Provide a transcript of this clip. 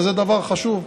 וזה דבר חשוב.